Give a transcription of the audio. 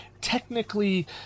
technically